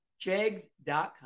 JEGS.com